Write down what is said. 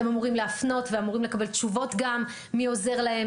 הם אמורים להפנות ואמורים לקבל תשובות גם מי עוזר להם,